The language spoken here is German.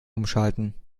umschalten